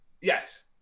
yes